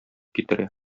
китерә